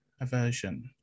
aversion